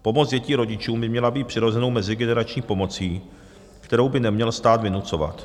Pomoc dětí rodičům by měla být přirozenou mezigenerační pomocí, kterou by neměl stát vynucovat.